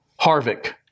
Harvick